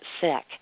sick